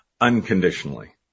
unconditionally